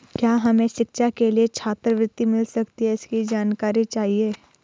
क्या हमें शिक्षा के लिए छात्रवृत्ति मिल सकती है इसकी जानकारी चाहिए?